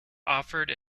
offered